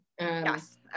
Yes